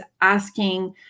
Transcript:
asking